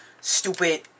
stupid